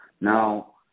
Now